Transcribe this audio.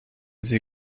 sie